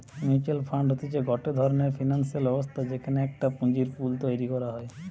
mutual fund হতিছে গটে ধরণের ফিনান্সিয়াল ব্যবস্থা যেখানে একটা পুঁজির পুল তৈরী করা হয়